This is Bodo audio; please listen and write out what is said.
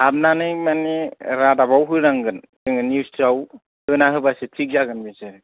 हाबनानै मानि रादाबाव होनांगोन निउजआव होना होबासो थिग जागोन बिसोर